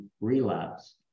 relapse